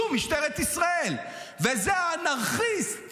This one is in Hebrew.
זו משטרת ישראל וזה האנרכיסט